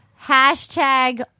Hashtag